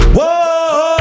Whoa